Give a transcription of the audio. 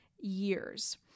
years